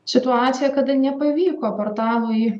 situaciją kada nepavyko portalui